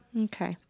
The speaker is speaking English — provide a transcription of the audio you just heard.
Okay